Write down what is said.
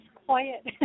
Quiet